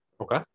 Okay